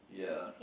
ya